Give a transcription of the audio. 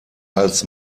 als